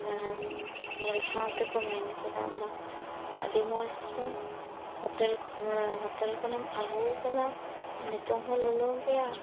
ᱛᱟᱭᱱᱚᱢ ᱧᱮᱞ ᱥᱟᱶ ᱛᱮᱠᱚ ᱢᱮᱱ ᱠᱮᱫᱟ ᱵᱟᱦ ᱟᱹᱰᱤ ᱢᱚᱸᱡᱽ ᱛᱚ ᱦᱳᱴᱮᱞ ᱠᱷᱚᱱ ᱦᱳᱴᱮᱞ ᱠᱷᱚᱱᱮᱢ ᱟᱜᱩᱣᱠᱟᱫᱟ ᱱᱤᱛᱳᱝ ᱦᱚᱸ ᱞᱚᱞᱚ ᱜᱮᱭᱟ